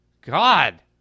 God